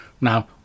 now